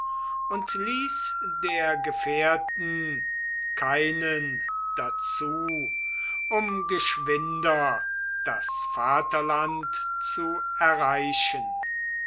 und ließ der gefährten keinen dazu um geschwinder das vaterland zu erreichen